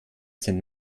sind